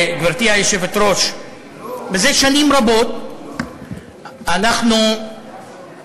גברתי היושבת-ראש, זה שנים רבות אנחנו דנים,